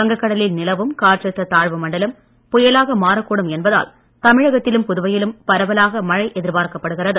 வங்கக்கடலில் நிலவும் காற்றழுத்த தாழ்வு மண்டலம் புயலாக மாறக் கூடும் என்பதால் தமிழகத்திலும் புதுவையிலும் பரவலாக மழை எதிர்பார்க்கப்படுகிறது